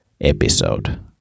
episode